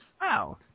Wow